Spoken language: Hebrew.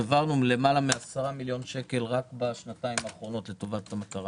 העברנו יותר מ-10 מיליון שקל רק בשנתיים האחרונות לטובת המטרה